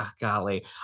golly